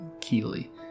Keely